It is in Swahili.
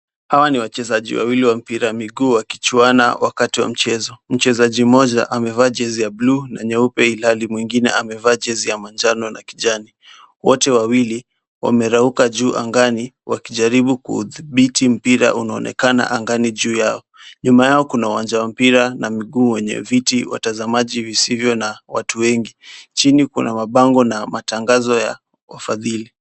Hawa ni wachezaji wawili wa mpira wa miguu wakichuana wakati wa mchezo, mchezaji mmoja amevaa jezi ya bluu na nyeupe, ilhali mwingine amevaa jezi ya manjano na kijani, wote wawili wamerauka juu angani wakijaribu kuudhibiti mpira unaonekana angani juu yao, nyuma yao kuna uwanja wa mpira wa miguu wenye viti watazamaji visivyo na watu wengi, chini kuna mabango na matangazo ya wafadhili.